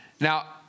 Now